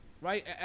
right